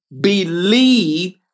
believe